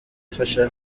afasha